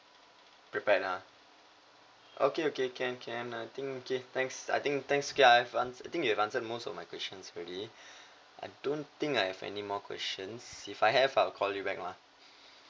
prepared ah okay okay can can I think okay thanks I think thanks K I've an~ I think you've answered most of my questions already I don't think I have any more questions if I have I'll call you back lah